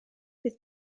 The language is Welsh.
bydd